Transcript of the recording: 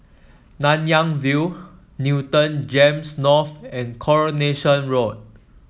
Nanyang View Newton Gems North and Coronation Road